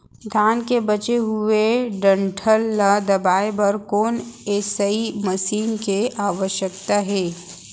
धान के बचे हुए डंठल ल दबाये बर कोन एसई मशीन के आवश्यकता हे?